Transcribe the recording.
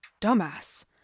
Dumbass